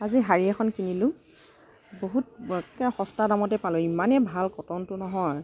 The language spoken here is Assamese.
আজি শাড়ী এখন কিনিলোঁ বহুত একে সস্তা দামতে পালোঁ ইমানেই ভাল কটনটো নহয়